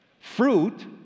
Fruit